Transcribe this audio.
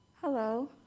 Hello